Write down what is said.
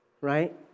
Right